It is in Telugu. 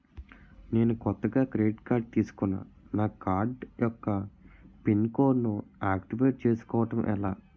నేను కొత్తగా క్రెడిట్ కార్డ్ తిస్కున్నా నా కార్డ్ యెక్క పిన్ కోడ్ ను ఆక్టివేట్ చేసుకోవటం ఎలా?